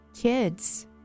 kids